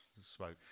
smoke